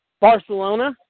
Barcelona